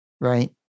right